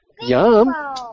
Yum